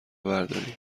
برداری